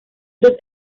dos